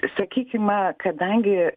sakykime kadangi